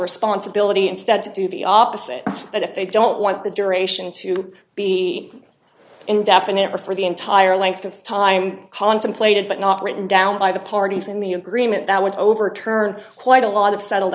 responsibility instead to do the opposite but if they don't want the duration to be indefinite for the entire length of time contemplated but not written down by the parties in the agreement that would overturn quite a lot of settled